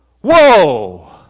Whoa